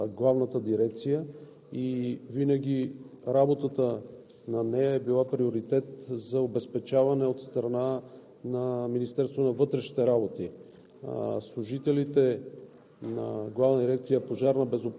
се поднови голяма част от техниката на Главната дирекция и винаги работата ѝ е била приоритет за обезпечаване от страна на Министерството на вътрешните работи.